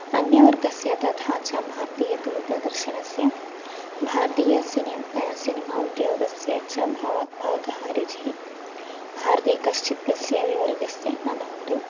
अन्यवर्गस्य तथा च भारतीयदूरदर्शनस्य भारतीयसिनिं सिनिमा उद्योगस्य च भव भवतः रुचिः भारते कश्चित् कस्यावि वर्गस्य न भवतु